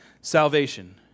salvation